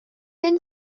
and